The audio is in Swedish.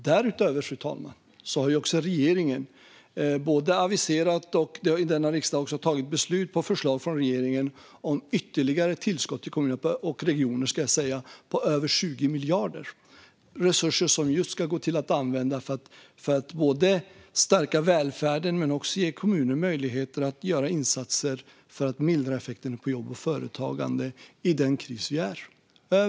Därutöver, fru talman, har regeringen aviserat och riksdagen på förslag från regeringen beslutat om ytterligare tillskott till kommuner och regioner på över 20 miljarder, resurser som just ska gå till att både stärka välfärden och ge kommuner möjlighet att göra insatser för att mildra effekterna för jobb och företagande i den kris vi är i.